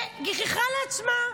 וגיחכה לעצמה.